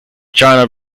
china